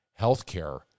healthcare